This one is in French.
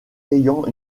ayant